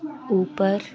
ऊपर